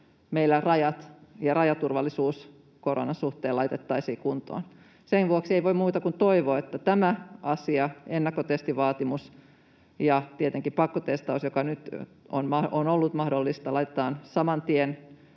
meillä rajat ja rajaturvallisuus koronan suhteen laitettaisiin kuntoon. Sen vuoksi ei voi muuta kuin toivoa, että tämä asia, ennakkotestivaatimus ja tietenkin pakkotestaus, joka nyt on ollut mahdollista, laitetaan saman tien